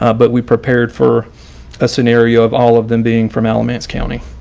ah but we prepared for a scenario of all of them being from alamance. county,